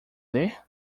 ler